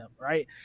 right